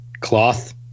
cloth